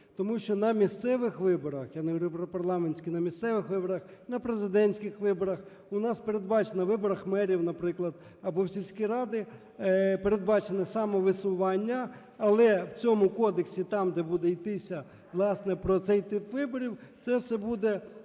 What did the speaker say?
Тому що на місцевих виборах, я не говорю про парламентські, на місцевих виборах, на президентських виборах у нас передбачено, виборах мерів, наприклад, або в сільські ради передбачено самовисування. Але в цьому кодексі, там, де буде йтися, власне, про цей тип виборів, це все буде